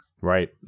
Right